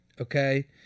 Okay